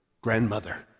grandmother